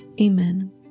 Amen